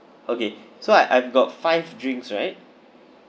okay so I I've got five drinks right